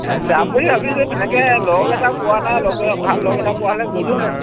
এ যাম বুলি ভাবিছো তেনেকৈ লগ এটা পোৱা নাই লগ ভাল লগ এটা পোৱা হ'লে গ'লোহেঁতেন